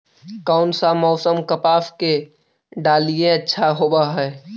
कोन सा मोसम कपास के डालीय अच्छा होबहय?